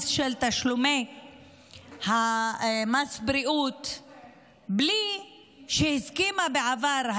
של תשלומי מס הבריאות בלי שהסכימה בעבר,